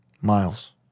Miles